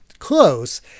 Close